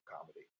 comedy